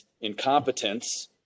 incompetence